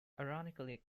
ironically